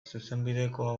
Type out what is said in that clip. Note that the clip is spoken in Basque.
zuzenbidekoa